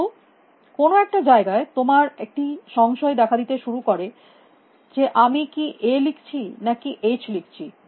কিন্তু কোনো একটা জায়গায় তোমার একটি সংশয় দেখা দিতে শুরু করে যে আমি কী A লিখছি না কী H লিখছি